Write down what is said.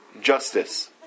justice